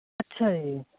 ਅੱਛਾ ਜੀ